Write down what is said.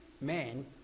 men